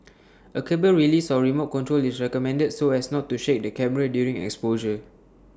A cable release or remote control is recommended so as not to shake the camera during exposure